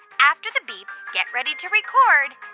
after the beep, get ready to record